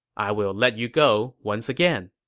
i will let you go once again.